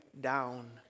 down